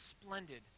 splendid